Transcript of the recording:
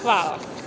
Hvala.